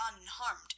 unharmed